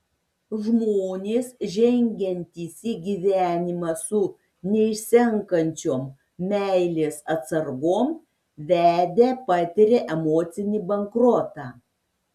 žmonės žengiantys į gyvenimą su neišsenkančiom meilės atsargom vedę patiria emocinį bankrotą